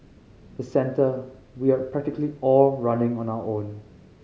the centre we are practically all running on our own